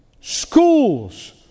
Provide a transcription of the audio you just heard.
Schools